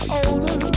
older